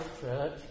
church